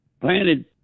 planted